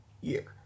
year